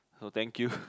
oh thank you